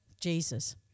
Jesus